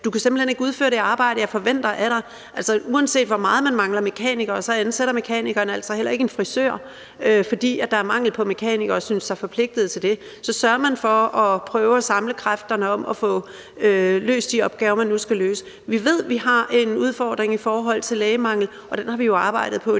Du kan simpelt hen ikke udføre det arbejde, jeg forventer af dig. Uanset hvor meget man mangler mekanikere, ansætter mekanikerne altså heller ikke en frisør – synes sig ikke forpligtet til det, fordi der er mangel på mekanikere – så sørger man for at prøve at samle kræfterne om at få løst de opgaver, man nu skal løse. Vi ved, at vi har en udfordring i forhold til lægemangel, og den har vi jo arbejdet med